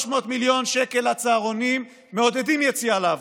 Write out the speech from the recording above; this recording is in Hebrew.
300 מיליון שקל לצהרונים מעודדים יציאה לעבודה,